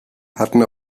hatten